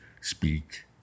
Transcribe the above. speak